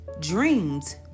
Dreams